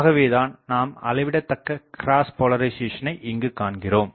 ஆகவேதான் நாம் அளவிடதக்க கிராஸ்போலரிசேசனை இங்கு காண்கிறோம்